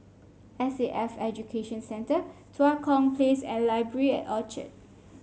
S A F Education Centre Tua Kong Place and Library at Orchard